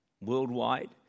worldwide